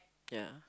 yeah